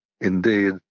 Indeed